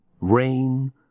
rain